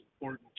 important